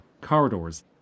corridors